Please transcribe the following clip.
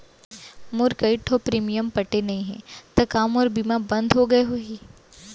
मोर कई ठो प्रीमियम पटे नई हे ता का मोर बीमा बंद हो गए होही?